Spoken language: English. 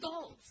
goals